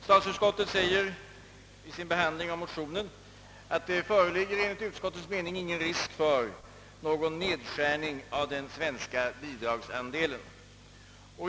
Statsutskottet säger i sin behandling av motionen att det enligt utskottets mening icke föreligger risk för någon nedskärning av den svenska bidragsandelen.